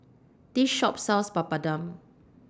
This Shop sells Papadum